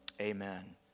amen